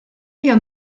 hija